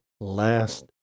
last